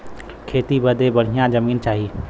खेती बदे बढ़िया जमीन चाही